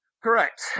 Correct